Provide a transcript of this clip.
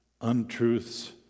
untruths